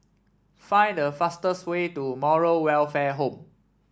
find the fastest way to Moral Welfare Home